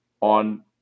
on